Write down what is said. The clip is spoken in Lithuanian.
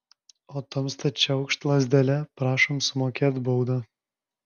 o tamsta čiaukšt lazdele prašom sumokėt baudą